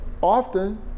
often